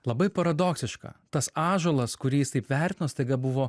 labai paradoksiška tas ąžuolas kurį jis taip vertino staiga buvo